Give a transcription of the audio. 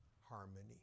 harmony